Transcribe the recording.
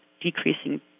decreasing